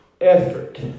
Effort